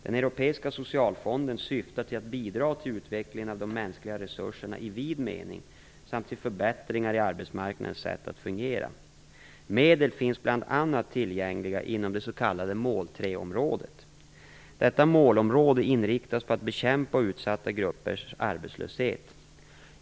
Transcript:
Den europeiska socialfonden syftar till att bidra till utvecklingen av mänskliga resurser i vid mening samt till förbättringar i arbetsmarknadens sätt att fungera. Medel finns bl.a. tillgängliga inom det s.k. mål 3 området. Detta målområde inriktas på att bekämpa utsatta gruppers arbetslöshet.